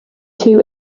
two